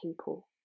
people